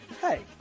Hey